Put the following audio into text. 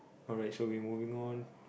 alright so we moving on